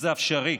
זה אפשרי.